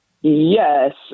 Yes